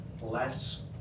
less